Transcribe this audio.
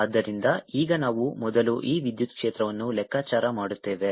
ಆದ್ದರಿಂದ ಈಗ ನಾವು ಮೊದಲು E ವಿದ್ಯುತ್ ಕ್ಷೇತ್ರವನ್ನು ಲೆಕ್ಕಾಚಾರ ಮಾಡುತ್ತೇವೆ